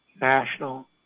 national